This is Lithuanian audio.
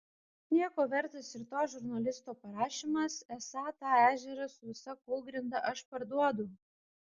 nieko vertas ir to žurnalisto parašymas esą tą ežerą su visa kūlgrinda aš parduodu